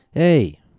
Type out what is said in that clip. Hey